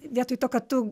vietoj to kad tu